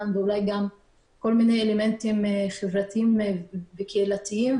ואולי כל מיני אלמנטים חברתיים קהילתיים.